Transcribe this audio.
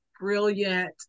brilliant